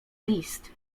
list